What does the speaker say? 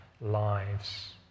lives